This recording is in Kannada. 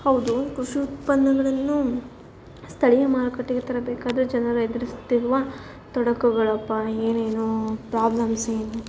ಹೌದು ಕೃಷಿ ಉತ್ಪನ್ನಗಳನ್ನು ಸ್ಥಳೀಯ ಮಾರುಕಟ್ಟೆಗೆ ತರಬೇಕಾದರೆ ಜನರು ಎದುರಿಸ್ತಿರುವ ತೊಡಕುಗಳಪ್ಪ ಏನೇನು ಪ್ರಾಬ್ಲಮ್ಸ್ ಏನು